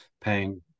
paying